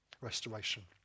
Restoration